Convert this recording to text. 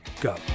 go